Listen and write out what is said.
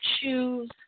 choose